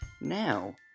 Now